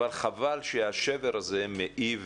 אבל חבל שהשבר הזה מעיב